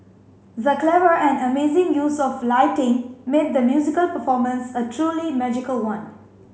the clever and amazing use of lighting made the musical performance a truly magical one